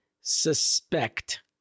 suspect